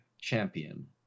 champion